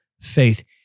faith